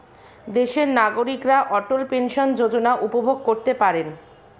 দেশের নাগরিকরা অটল পেনশন যোজনা উপভোগ করতে পারেন